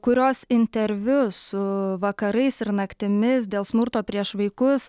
kurios interviu su vakarais ir naktimis dėl smurto prieš vaikus